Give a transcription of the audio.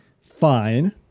fine